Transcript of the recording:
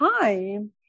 time